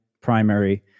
primary